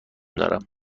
دارم